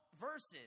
verses